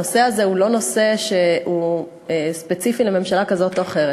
הנושא הזה הוא לא נושא שהוא ספציפי לממשלה כזאת או אחרת,